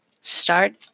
start